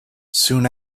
soon